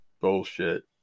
bullshit